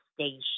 station –